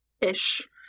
ish